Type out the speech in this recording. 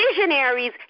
Visionaries